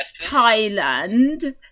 Thailand